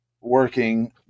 working